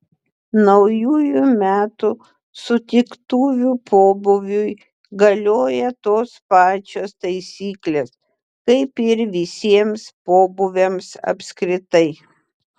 naujųjų metų sutiktuvių pobūviui galioja tos pačios taisyklės kaip ir visiems pobūviams apskritai